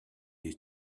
you